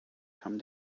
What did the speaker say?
come